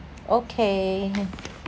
okay